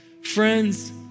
friends